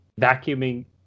vacuuming